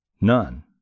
None